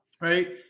right